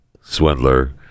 swindler